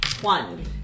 One